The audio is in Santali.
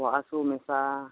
ᱵᱚᱦᱚᱜ ᱦᱟᱹᱥᱩ ᱢᱮᱥᱟ